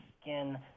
skin